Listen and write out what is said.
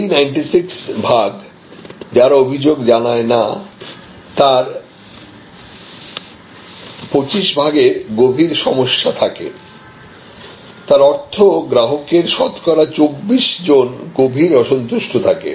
এই 96 ভাগ যারা অভিযোগ জানায় নাতার 25 ভাগের গভীর সমস্যা থাকে তার অর্থ গ্রাহকের শতকরা 24 জন গভীর অসন্তুষ্ট থাকে